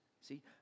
See